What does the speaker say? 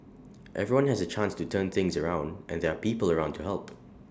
everyone has A chance to turn things around and there are people around to help